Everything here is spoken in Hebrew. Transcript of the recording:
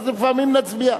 אז לפעמים נצביע.